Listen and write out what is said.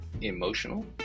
emotional